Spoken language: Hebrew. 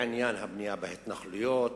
בעניין הבנייה בהתנחלויות,